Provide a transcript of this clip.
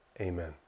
Amen